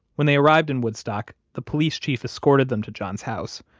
when they arrived in woodstock, the police chief escorted them to john's house,